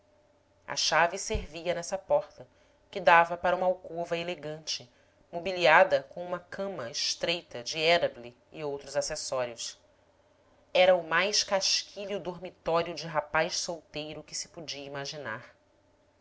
a chave servia nessa porta que dava para uma alcova elegante mobiliada com uma cama estreita de érable e outros acessórios era o mais casquilho dormitório de rapaz solteiro que se podia imaginar